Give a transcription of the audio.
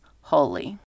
holy